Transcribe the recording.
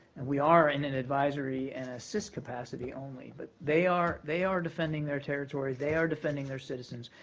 and we are in an advisory and assist capacity only. but they are they are defending their territory. they are defending their citizens,